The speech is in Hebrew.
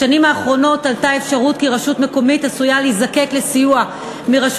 בשנים האחרונות עלתה האפשרות שרשות מקומית עשויה להיזקק לסיוע מרשות